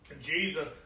Jesus